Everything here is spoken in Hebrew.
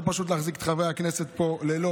לא פשוט להחזיק פה את חברי הכנסת בלילות,